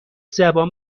زبان